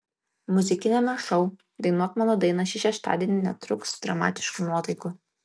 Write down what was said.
muzikiniame šou dainuok mano dainą šį šeštadienį netrūks dramatiškų nuotaikų